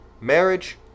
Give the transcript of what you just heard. marriage